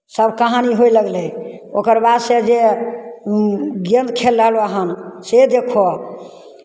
सभ कहानी होय लगलै ओकर बादसँ जे गेन्द खेललक वहाँमे से देखहौ